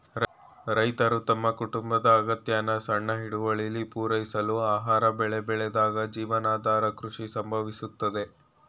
ರೈತರು ತಮ್ಮ ಕುಟುಂಬದ ಅಗತ್ಯನ ಸಣ್ಣ ಹಿಡುವಳಿಲಿ ಪೂರೈಸಲು ಆಹಾರ ಬೆಳೆ ಬೆಳೆದಾಗ ಜೀವನಾಧಾರ ಕೃಷಿ ಸಂಭವಿಸುತ್ತದೆ